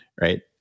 Right